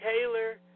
Taylor